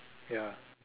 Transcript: ya